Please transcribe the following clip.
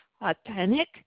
authentic